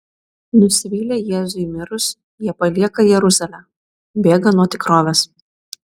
nusivylę jėzui mirus jie palieka jeruzalę bėga nuo tikrovės